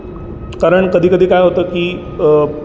कारण कधीकधी काय होतं की